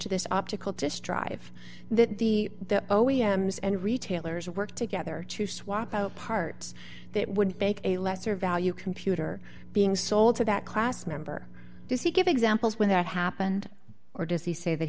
to this optical to strive that the o e m s and retailers work together to swap out parts that would take a lesser value computer being sold to that class member does he give examples when that happened or does he say that